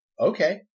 Okay